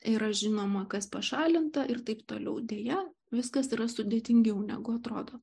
yra žinoma kas pašalinta ir taip toliau deja viskas yra sudėtingiau negu atrodo